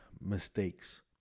mistakes